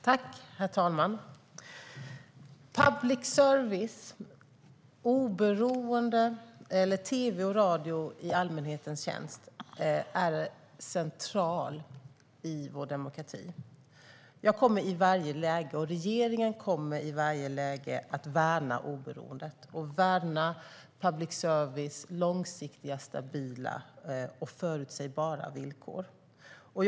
Herr talman! Public services oberoende, tv och radio i allmänhetens tjänst, är centralt i vår demokrati. Jag och regeringen kommer i varje läge att värna oberoendet och värna långsiktiga, stabila och förutsägbara villkor för public service.